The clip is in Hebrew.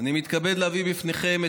הינני מתכבד להודיעכם,